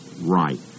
right